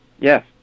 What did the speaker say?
yes